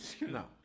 No